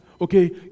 Okay